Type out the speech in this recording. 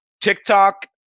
TikTok